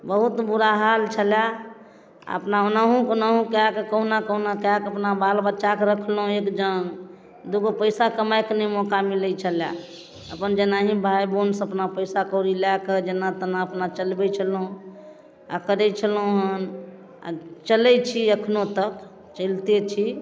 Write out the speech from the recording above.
बहुत बुरा हाल छलै अपना कोनाहु कोनाहु कऽ कऽ कहुना कहुना कऽ कऽ अपना बाल बच्चाके रखलहुँ एक जङ्ग दुइगो पइसा कमाइके नहि मौका मिलै छलै अपन जेनाहि भाइ बहिनसँ अपना पइसा कौड़ी लऽ कऽ जेना तेना अपना चलबै छलहुँ आओर करै छलहुँ हँ आओर चलै छी एखनो तक चलिते छी